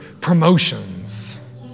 promotions